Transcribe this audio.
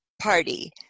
party